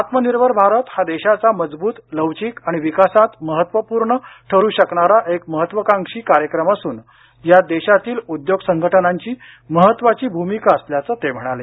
आत्मनिर्भर भारत हा देशाचा मजबूत लवचिक आणि विकासात महत्त्वपूर्ण ठरू शकणारा एक महत्त्वाकांक्षी कार्यक्रम असून यात देशातील उद्योग संघटनांची महत्त्वाची भूमिका असल्याचं ते म्हणाले